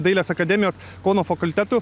dailės akademijos kauno fakultetu